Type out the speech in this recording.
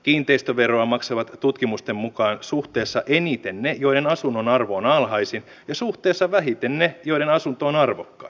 kiinteistöveroa maksavat tutkimusten mukaan suhteessa eniten ne joiden asunnon arvo on alhaisin ja suhteessa vähiten ne joiden asunto on arvokkain